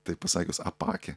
taip pasakius apakę